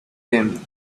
him